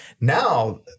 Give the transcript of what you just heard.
Now